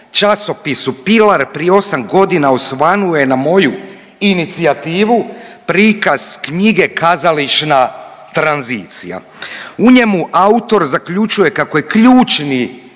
časopisu „Pilar“ prije osam godina osvanuo je na moju inicijativu prikaz knjige „Kazališna tranzicija“. U njemu autor zaključuje kako je ključni